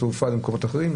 למקומות אחרים.